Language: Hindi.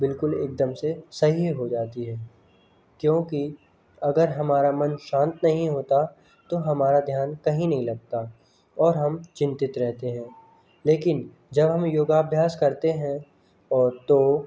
बिल्कुल एकदम से सही हो जाती है क्योंकि अगर हमारा मन शांत नहीं होता तो हमारा ध्यान कहीं नहीं लगता और हम चिंतित रहते हैं लेकिन जब हम योगा अभ्यास करते हैं और तो